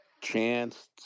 chance